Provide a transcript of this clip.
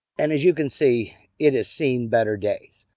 and as you can see, it has seen better days.